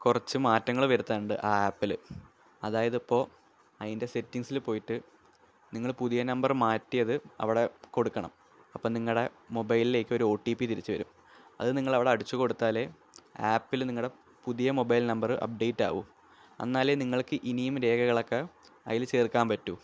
കുറച്ച് മാറ്റങ്ങള് വരുത്താനുണ്ട് ആപ്പിൽ അതായതിപ്പോൾ അതിന്റെ സെറ്റിംഗ്സിൽ പോയിട്ട് നിങ്ങൾ പുതിയ നമ്പര് മാറ്റിയത് അവിടെ കൊടുക്കണം അപ്പം നിങ്ങളുടെ മൊബൈലിലേക്ക് ഒരു ഒ ടി പി തിരിച്ചു വരും അതു നിങ്ങൾ അവിടെ അടിച്ചു കൊടുത്താലേ ആപ്പിൽ നിങ്ങളുടെ പുതിയ മൊബൈല് നമ്പർ അപ്ടേറ്റ് ആകും അന്നാലെ നിങ്ങള്ക്ക് ഇനിയും രേഖകളൊക്കെ അതിൽ ചേര്ക്കാന് പറ്റു